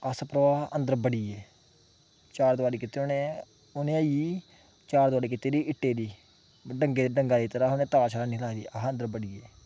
ते अस भ्रावा अंदर बढ़ी गे चारदवारी कीती दी उ'नें उ'नें ई चारदवारी कीती दी इट्टें दी डंगे दी डंगा दित्ते दा उ'नें तार शार है नी ही लाई दी अह् अंदर बढ़ी गे